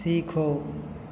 सीखो